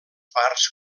parts